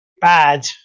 bad